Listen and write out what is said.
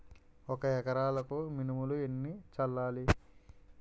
ఒక ఎకరాలకు మినువులు ఎన్ని చల్లాలి?